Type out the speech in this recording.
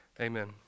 Amen